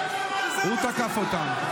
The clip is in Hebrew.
הוא תקף אותם.